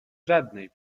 żadnej